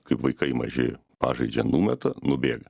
kaip vaikai maži pažaidžia numeta nubėga